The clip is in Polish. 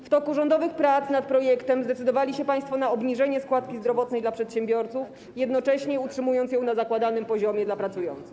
W toku rządowych prac nad projektem zdecydowali się państwo na obniżenie składki zdrowotnej dla przedsiębiorców, jednocześnie utrzymując ją na zakładanym poziomie dla pracujących.